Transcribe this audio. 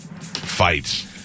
fights